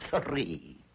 three